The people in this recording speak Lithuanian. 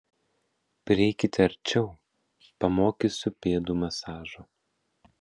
prieikite arčiau pamokysiu pėdų masažo